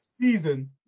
season